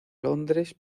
londres